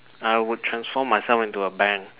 I would transform myself into a bank